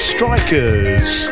Strikers